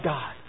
God